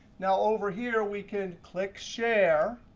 now, over here we can click share,